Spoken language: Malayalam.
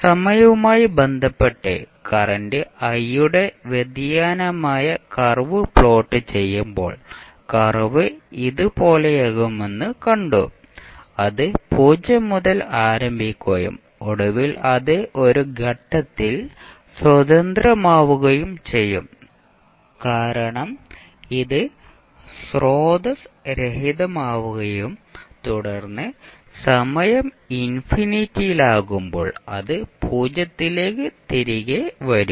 സമയവുമായി ബന്ധപ്പെട്ട് കറന്റ് i യുടെ വ്യതിയാനമായ കർവ് പ്ലോട്ട് ചെയ്യുമ്പോൾ കർവ് ഇതുപോലെയാകുമെന്ന് കണ്ടു അത് 0 മുതൽ ആരംഭിക്കുകയും ഒടുവിൽ അത് ഒരു ഘട്ടത്തിൽ സ്വതന്ത്രമാവുകയും ചെയ്യും കാരണം ഇത് ഒരു സ്രോതസ്സ് രഹിതമാവുകയും തുടർന്ന് സമയം ഇൻഫിനിറ്റിയിലാകുമ്പോൾ അത് 0 ലേക്ക് തിരികെ വരും